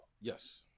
Yes